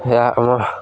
ଏହା ଆମ